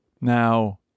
Now